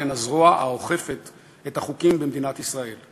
הן הזרוע האוכפת את החוקים במדינת ישראל.